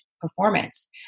performance